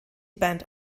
band